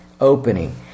opening